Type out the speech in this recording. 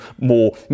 more